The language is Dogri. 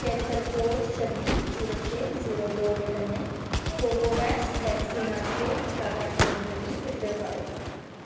खेत्तर कोड छब्बी जीरो छे जीरो दौ दे कन्नै कोवोवैक्स वैक्सीन आस्तै टीकाकरण केंदर गी फिल्टर करो